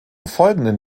folgenden